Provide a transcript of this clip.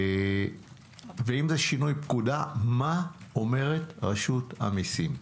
ואם זה שינוי פקודה, מה אומרת רשות המיסים?